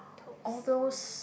all those